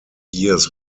years